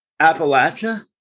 Appalachia